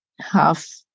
Half